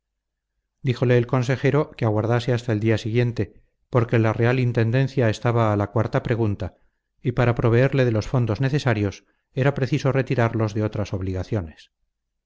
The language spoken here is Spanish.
díjole el consejero que aguardase hasta el día siguiente porque la real intendencia estaba a la cuarta pregunta y para proveerle de los fondos necesarios era preciso retirarlos de otras obligaciones